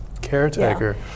caretaker